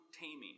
taming